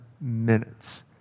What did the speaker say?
minutes